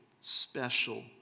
special